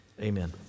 amen